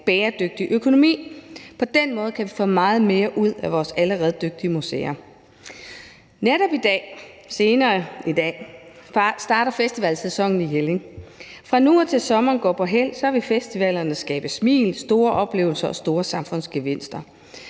bæredygtig økonomi. På den måde kan vi få meget mere ud af vores allerede gode museer. Netop i dag, senere i dag, starter festivalsæsonen i Jelling. Fra nu af, og til sommeren går på hæld, vil festivalerne skabe smil, store oplevelser og store samfundsgevinster.